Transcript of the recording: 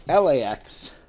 LAX